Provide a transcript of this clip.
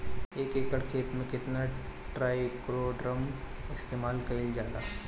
एक एकड़ खेत में कितना ट्राइकोडर्मा इस्तेमाल कईल जाला?